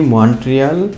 Montreal